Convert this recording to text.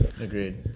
Agreed